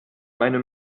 meine